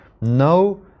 no